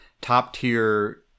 top-tier